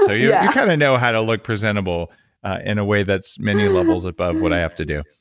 so yeah kind of know how to look presentable in a way that's many levels above what i have to do.